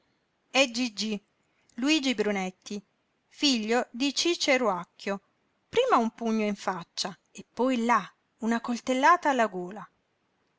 e giggi luigi brunetti figlio di ciceruacchio prima un pugno in faccia e poi là una coltellata alla gola